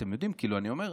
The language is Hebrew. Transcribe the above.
אתם יודעים, כאילו אני אומר,